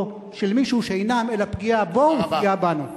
של מישהו שאינם אלא פגיעה בו ופגיעה בנו.